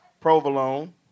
provolone